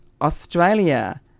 Australia